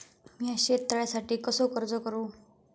मीया शेत तळ्यासाठी कसो अर्ज करू?